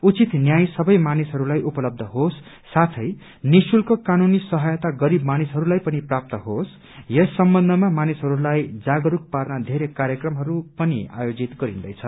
उचित न्याय सबै मानिसहरूलाई उपलब्ध होस साथै निशुल्क कानूनी सहायता गरीव मानिसहरूलाई पनि प्राप्त होस यस सम्बन्धमा मानिसहरूलाई जागरूक पार्न वेरै कार्यक्रमहरू पनि आयोजित गरिन्दैछ